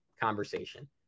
conversation